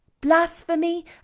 Blasphemy